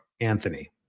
Anthony